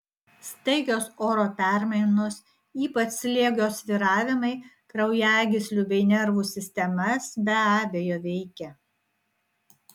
staigios oro permainos ypač slėgio svyravimai kraujagyslių bei nervų sistemas be abejo veikia